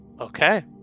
okay